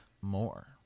more